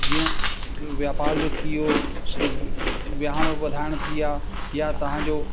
जीअं वापार जो थी वियो व्यांव वधाइण थी विया या तव्हांजो